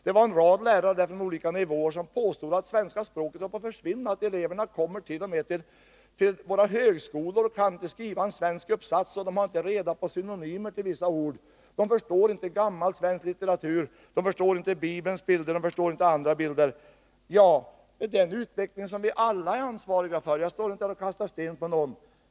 Det var en rad lärare där från olika nivåer, som påstod att svenska språket håller på att försvinna, att eleverna t.o.m. kommer till våra högskolor utan att kunna skriva en svensk uppsats. De har inte reda på synonymer till vissa ord. De förstår inte gammal svensk litteratur. De förstår inte Bibelns bilder. De förstår inte andra bilder. Detta är en utveckling som vi alla är ansvariga för — jag står inte här och kastar sten på någon.